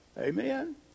Amen